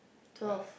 twelve